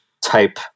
type